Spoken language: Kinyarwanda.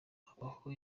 habaho